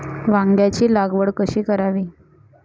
वांग्यांची लागवड कशी करावी?